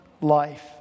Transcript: life